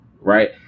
Right